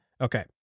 Okay